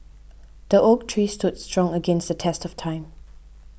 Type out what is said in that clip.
the oak tree stood strong against the test of time